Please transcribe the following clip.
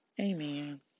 Amen